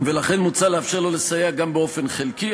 ולכן מוצע לאפשר לו לסייע גם באופן חלקי,